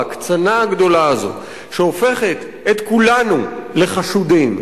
ההקצנה הגדולה הזו שהופכת את כולנו לחשודים,